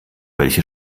welche